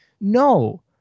no